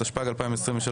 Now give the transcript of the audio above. התשפ"ג-2023,